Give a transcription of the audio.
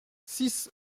six